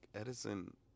Edison